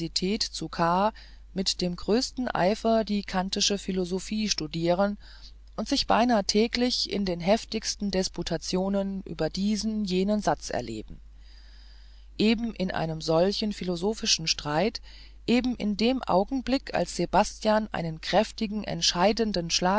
mit dem größten eifer die kantische philosophie studieren und sich beinahe täglich in den heftigsten disputationen über diesen jenen satz erleben eben in einem solchen philosophischen streit eben in dem augenblick als sebastian einen kräftigen entscheidenden